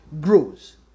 grows